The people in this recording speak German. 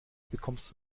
bekommst